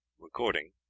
Recording